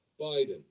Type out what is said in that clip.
Biden